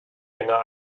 länger